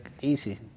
easy